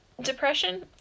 Depression